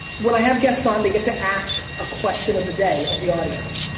when i have guests on they get to ask a question of the day of the audience.